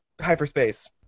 hyperspace